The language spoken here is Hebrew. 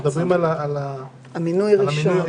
אנחנו מדברים על המינוי הראשון.